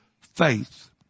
faith